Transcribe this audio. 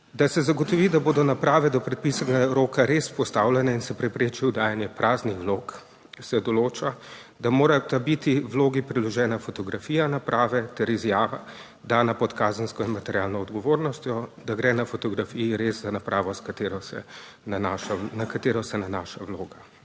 Da se zagotovi, da bodo naprave do predpisanega roka res postavljene, in se prepreči oddajanje praznih vlog, se določa, da morata biti vlogi priložena fotografija naprave ter izjava, dana pod kazensko in materialno odgovornostjo, da gre na fotografiji res za napravo, na katero se nanaša vloga.